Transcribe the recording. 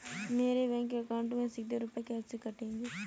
मेरे bank account से सीधे रुपए कैसे कटेंगे?